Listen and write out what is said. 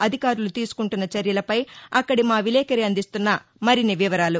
అధికారులు తీసుకుంటున్న చర్యలపై అక్కడి మావిలేకరి అందిస్తున్న మరిన్ని వివరాలు